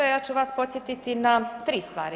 Ja ću vas podsjetiti na 3 stvari.